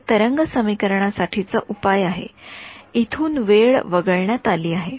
हे तरंग समीकरणा साठी चा उपाय आहे इथून वेळ वगळण्यात आली आहे